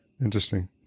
Interesting